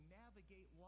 navigate